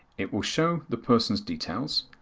it will show the person's details.